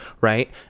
right